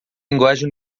linguagem